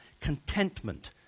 contentment